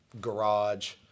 Garage